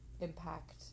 impact